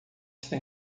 sem